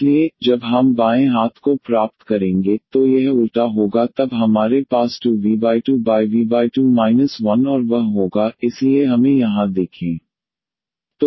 इसलिए जब हम बाएं हाथ को प्राप्त करेंगे तो यह ऑर्डर उल्टा होगा तब हमारे पास 2v2 v2 1 और वह होगा इसलिए हमें यहां देखें